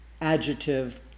adjective